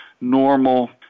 normal